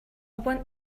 want